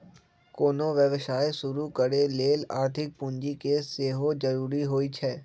कोनो व्यवसाय शुरू करे लेल आर्थिक पूजी के सेहो जरूरी होइ छै